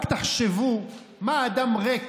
רק תחשבו מה אדם ריק